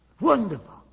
Wonderful